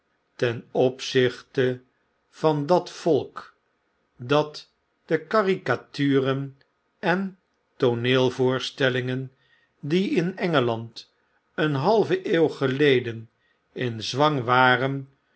ten opzichte van dat volk dat de caricaturen en tooneelvoorstellingen die in engeland een halve eeuw geleden in zwang waren